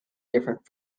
different